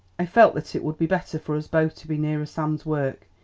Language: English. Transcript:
i felt that it would be better for us both to be nearer sam's work.